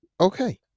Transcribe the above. Okay